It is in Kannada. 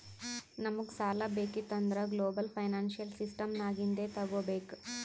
ನಮುಗ್ ಸಾಲಾ ಬೇಕಿತ್ತು ಅಂದುರ್ ಗ್ಲೋಬಲ್ ಫೈನಾನ್ಸಿಯಲ್ ಸಿಸ್ಟಮ್ ನಾಗಿಂದೆ ತಗೋಬೇಕ್